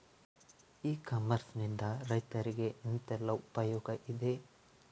E commerce ನಿಂದ ರೈತರಿಗೆ ಎಂತೆಲ್ಲ ಉಪಯೋಗ ಇದೆ?